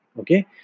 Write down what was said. Okay